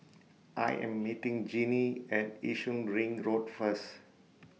I Am meeting Jeanie At Yishun Ring Road First